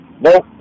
Nope